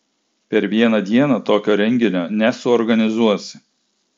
per vieną dieną tokio renginio nesuorganizuosi